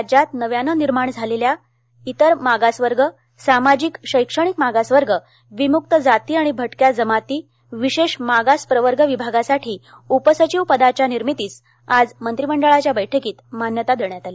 राज्यात नव्याने निर्माण करण्यात आलेल्या इतर मागास वर्ग सामाजिक शैक्षणिक मागास प्रवर्ग विमुक्त जाती आणि भटक्या जमाती विशेष मागास प्रवर्ग विभागासाठी उपसचिव पदाच्या निर्मितीस आज मंत्रिमंडळाच्या बैठकीत मान्यता देण्यात आली